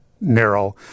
narrow